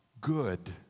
good